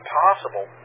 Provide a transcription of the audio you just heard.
possible